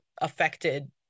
affected